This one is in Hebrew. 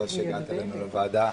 תודה שהגעת אלינו לוועדה.